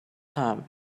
time